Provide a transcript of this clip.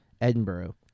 Edinburgh